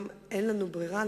אבל אין לנו ברירה,